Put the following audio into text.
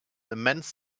immense